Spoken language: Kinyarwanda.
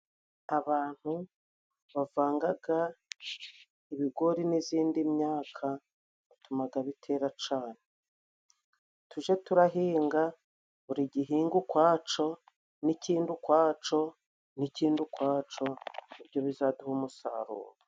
Abantu bavangaga ibigori n'izindi myaka batumaga bitera cane. Tujye turahinga buri gihingwa ukwaco n'ikindi ukwaco n'ikindi ukwaco, ni byo bizaduha umusaruro.